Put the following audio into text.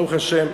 ברוך השם,